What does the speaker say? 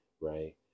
right